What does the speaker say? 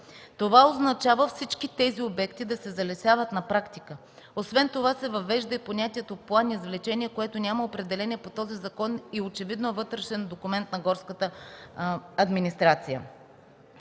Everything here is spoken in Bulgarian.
Това означава всички тези обекти да се залесяват на практика. Освен това се въвежда и понятието „план-извлечение”, което няма определение по този закон и очевидно е вътрешен документ на горската администрация.